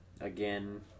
Again